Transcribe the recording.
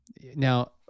Now